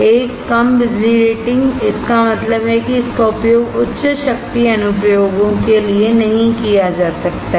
एक कम बिजली रेटिंग इसका मतलब है कि इसका उपयोग उच्च शक्ति अनुप्रयोगों के लिए नहीं किया जा सकता है